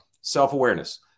Self-awareness